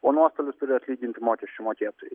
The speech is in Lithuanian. o nuostolius turi atlyginti mokesčių mokėtojai